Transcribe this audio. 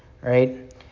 right